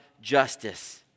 justice